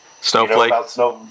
Snowflake